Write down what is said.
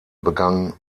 begann